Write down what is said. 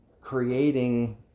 creating